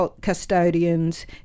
custodians